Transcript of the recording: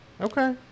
Okay